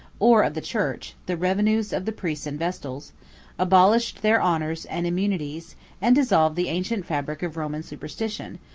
or of the church, the revenues of the priests and vestals abolished their honors and immunities and dissolved the ancient fabric of roman superstition,